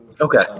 okay